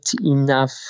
enough